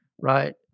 right